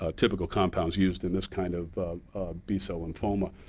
ah typical compounds used in this kind of besolymphoma.